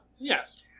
yes